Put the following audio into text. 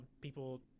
people